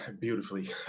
beautifully